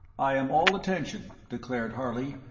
i am all attention, declared harley,